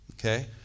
Okay